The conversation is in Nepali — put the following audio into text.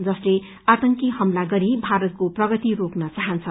यसले आतंकी हमला गरी भारतको प्रगति रोक्न चाहन्छ